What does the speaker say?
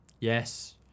yes